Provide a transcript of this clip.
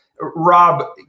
Rob